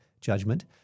judgment